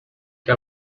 que